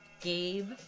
Gabe